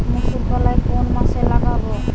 মুসুর কলাই কোন মাসে লাগাব?